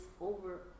over